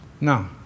no